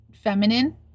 feminine